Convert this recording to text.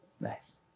Nice